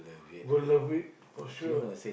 will love it for sure